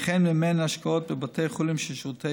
וכן מימן השקעות בבתי חולים של שירותי